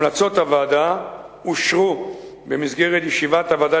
המלצות הוועדה אושרו במסגרת ישיבת הוועדה